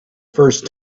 first